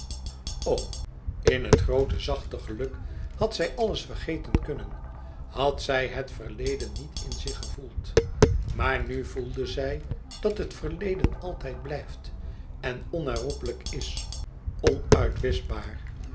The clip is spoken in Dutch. in het groote zachte geluk had zij alles vergeten kunnen had zij het verleden niet in zich gevoeld maar nu voelde zij dat het verleden altijd blijft en onherroepelijk is